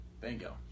Bingo